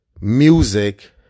music